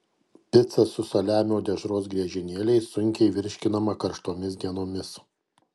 pica su saliamio dešros griežinėliais sunkiai virškinama karštomis dienomis